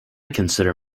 consider